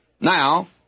Now